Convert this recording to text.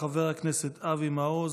חבר הכנסת אבי מעוז,